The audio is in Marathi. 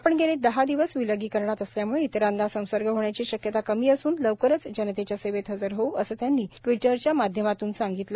आपण गेले दहा दिवस विलगीकरणात असल्यामुळे इतरांना संसर्ग होण्याची शक्यता कमी असून लवकरच जनतेच्या सेवेत हजर होऊ असं त्यांनी ट्वीटरच्या माध्यमातून सांगितलं